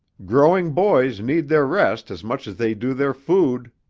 growing boys need their rest as much as they do their food.